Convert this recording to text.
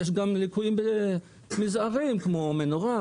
יש גם ליקויים מזעריים כמו מנורה,